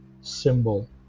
symbol